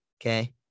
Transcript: Okay